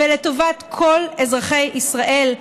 לטובת כל אזרחי ישראל.